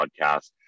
podcast